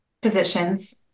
positions